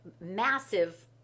massive